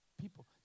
People